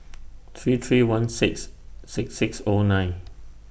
three three one six six six O nine